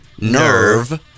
Nerve